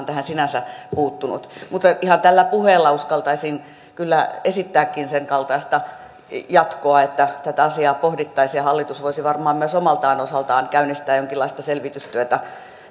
tähän sinänsä puuttunut mutta ihan tällä puheella uskaltaisin kyllä esittääkin sen kaltaista jatkoa että tätä asiaa pohdittaisiin ja hallitus voisi varmaan myös omalta osaltaan käynnistää jonkinlaista selvitystyötä